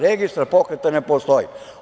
Registar pokreta ne postoji.